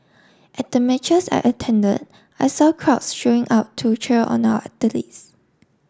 at the matches I attended I saw crowds showing up to cheer on our athletes